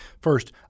First